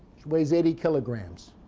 she weighs eighty kilograms.